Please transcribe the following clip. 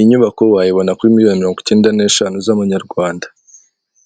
inyubako wayibona kiri miliyoni mirongo icyenda n'eshanu z'amanyarwanda.